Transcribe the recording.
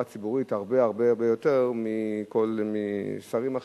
ציבורית הרבה-הרבה יותר משרים אחרים,